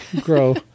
grow